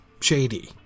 shady